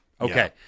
Okay